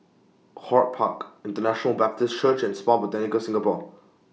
HortPark International Baptist Church and Spa Botanica Singapore